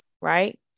Right